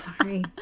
sorry